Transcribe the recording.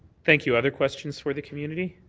thank you. other questions for the community?